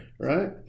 Right